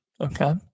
Okay